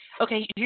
Okay